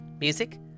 Music